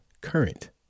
current